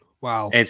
Wow